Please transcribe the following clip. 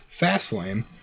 Fastlane